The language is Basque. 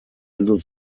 heldu